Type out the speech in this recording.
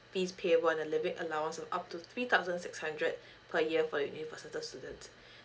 fee payable and the living allowance of up to three thousand six hundred per year for university student